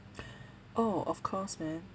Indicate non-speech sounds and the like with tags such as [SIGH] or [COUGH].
[BREATH] oh of course man